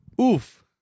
oof